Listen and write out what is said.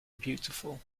beautiful